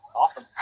awesome